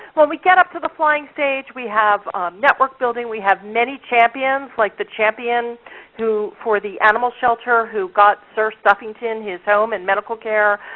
when we get up to the flying stage, we have network building, we have many champions, like the champion for the animal shelter who got sir stuffington his home and medical care.